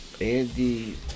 Andy